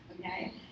Okay